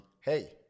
Hey